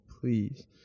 please